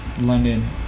London